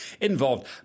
involved